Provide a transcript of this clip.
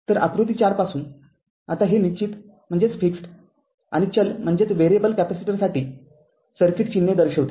तरआकृती ४ पासूनआता हे निश्चित आणि चल कॅपेसिटरसाठी सर्किट चिन्हे दर्शविते